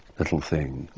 little thing,